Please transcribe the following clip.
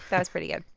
that was pretty good.